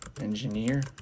engineer